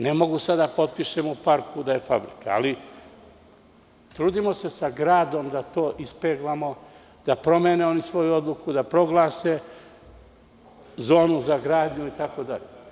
Ne mogu sada da potpišem u parku da je fabrika, ali trudimo se sa gradom da to ispeglamo, da promene oni svoju odluku, da proglase zonu za gradnju itd.